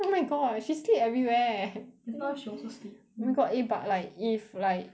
oh my god she sleep everywhere eh just now she also sleep oh my god eh but like if like